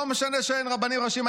לא משנה שאין רבנים ראשיים,